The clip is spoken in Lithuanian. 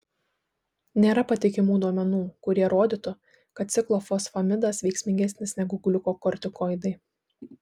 nėra patikimų duomenų kurie rodytų kad ciklofosfamidas veiksmingesnis negu gliukokortikoidai